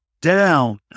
down